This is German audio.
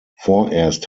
vorerst